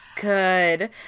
Good